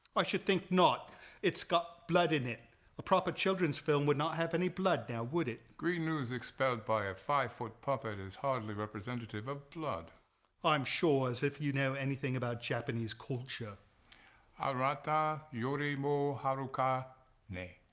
i should think not it's got blood in it a proper children's film would not have any blood now would it green ooze expelled by a five foot puppet is hardly representative of blood i'm sure as if you know anything about japanese culture anata yori mo haru ka nee